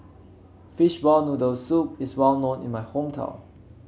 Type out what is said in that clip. Fishball Noodle Soup is well known in my hometown